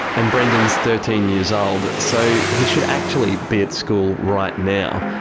and brendan is thirteen years old so he should actually be at school right now.